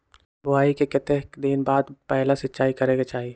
बोआई के कतेक दिन बाद पहिला सिंचाई करे के चाही?